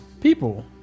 People